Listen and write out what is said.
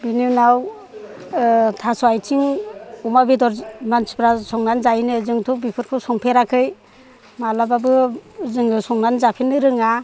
बिनि उनाव थास' आथिं अमा बेदर मानसिफ्रा संनान जायोनो जोंथ' बेफोरखौ संफेराखै मालाबाबो जों संनान जाफेरनो रोङा